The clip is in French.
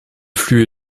flux